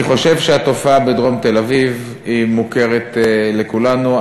אני חושב שהתופעה בדרום תל-אביב מוכרת לכולנו,